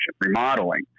remodeling